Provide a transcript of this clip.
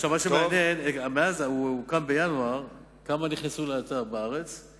מה שמעניין הוא כמה נכנסו לאתר מאז הוקם בחודש ינואר,